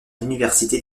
l’université